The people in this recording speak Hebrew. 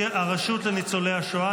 הרשות לניצולי השואה,